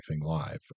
live